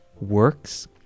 works